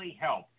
help